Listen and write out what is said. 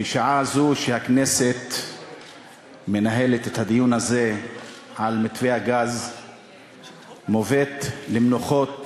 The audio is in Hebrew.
בשעה זו שהכנסת מנהלת את הדיון הזה על מתווה הגז מובאת למנוחות